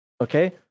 Okay